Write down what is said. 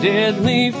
Deadly